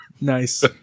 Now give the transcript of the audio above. Nice